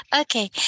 Okay